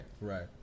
Right